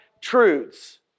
truths